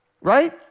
right